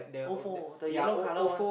Ofo the yellow colour one